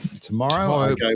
tomorrow